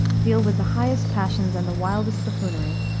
deal with the highest passions and the wildest buffoonery,